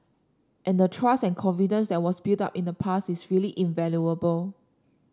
and the trust and confidence that was built up in the past is really invaluable